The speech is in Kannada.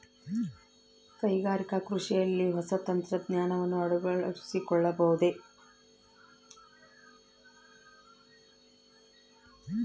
ಕೈಗಾರಿಕಾ ಕೃಷಿಯಲ್ಲಿ ಹೊಸ ತಂತ್ರಜ್ಞಾನವನ್ನ ಅಳವಡಿಸಿಕೊಳ್ಳಬಹುದೇ?